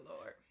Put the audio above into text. Lord